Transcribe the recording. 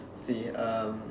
see um